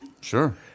Sure